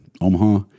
Omaha